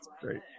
great